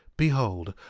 behold,